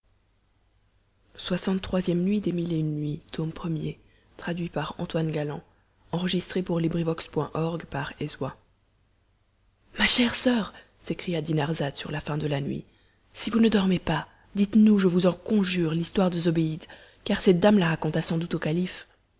ma chère soeur s'écria dinarzade sur la fin de la nuit si vous ne dormez pas dites-nous je vous en conjure l'histoire de zobéide car cette dame la raconta sans doute au calife